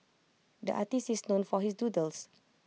the artist is known for his doodles